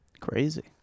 Crazy